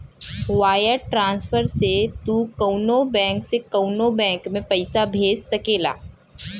wire transfer से तू कउनो बैंक से कउनो बैंक में पइसा भेज सकेला